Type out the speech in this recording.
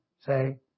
Say